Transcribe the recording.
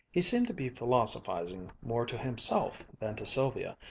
he seemed to be philosophizing more to himself than to sylvia,